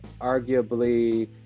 arguably